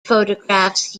photographs